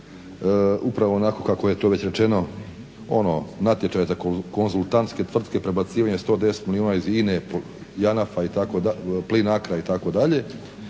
upravo onako kako je to već rečeno ono natječaj za konzultantske tvrtke, prebacivanje 110 milijuna iz INA-e, JANAF–a, PLINACRO-a itd.